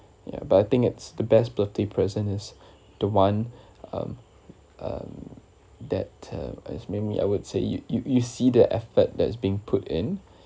ya but I think it's the best birthday present is the one um um that uh it's mainly I would say you you you see the effort that is being put in